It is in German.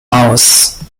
aus